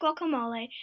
Guacamole